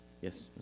Yes